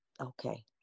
okay